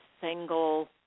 single